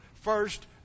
first